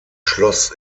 schloss